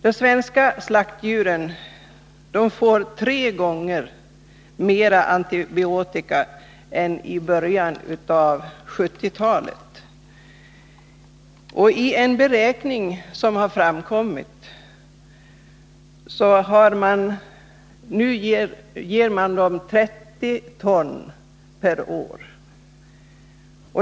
De svenska slaktdjuren får tre gånger mer antibiotika i dag än i början av 1970-talet. Av en beräkning framgår att man nu ger dem 30 ton per år.